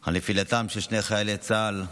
על נפילתם של שני חיילי צה"ל,